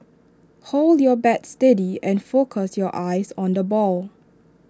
hold your bat steady and focus your eyes on the ball